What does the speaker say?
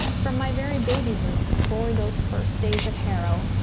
from my very babyhood, before those first days at harrow,